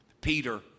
Peter